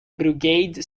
brigade